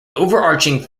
overarching